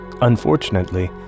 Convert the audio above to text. Unfortunately